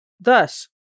Thus